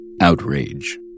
Outrage